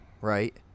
right